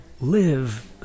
live